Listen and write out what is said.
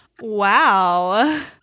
Wow